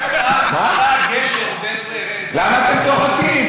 למה אתם צוחקים?